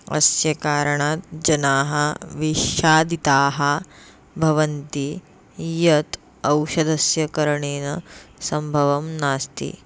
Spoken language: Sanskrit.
अस्य कारणात् जनाः विशादिताः भवन्ति यत् औषधस्य करणेन सम्भवं नास्ति